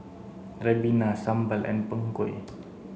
Ribena Sambal and Png Kueh